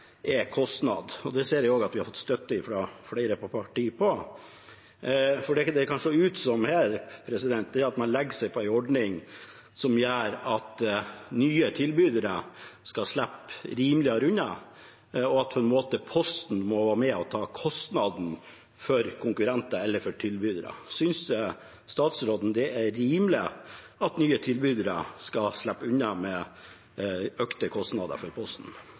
Det ser jeg at vi har fått støtte for fra flere parti. Det kan her se ut som om man legger seg på en ordning som gjør at nye tilbydere skal slippe rimeligere unna, og at Posten på en måte må være med på å ta kostnaden for konkurrenter eller tilbydere. Synes statsråden det er rimelig at nye tilbydere skal slippe unna – med økte kostnader for Posten?